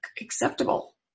acceptable